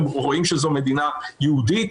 הם רואים שזו מדינה יהודית,